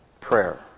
prayer